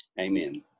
Amen